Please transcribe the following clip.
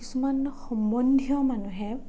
কিছুমান সম্বন্ধীয় মানুহে